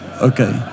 Okay